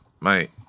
mate